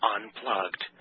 Unplugged